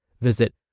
Visit